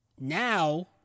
Now